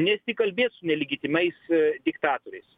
nesikalbėt su nelegitimiais diktatoriais